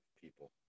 people